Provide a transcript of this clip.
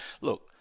Look